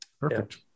perfect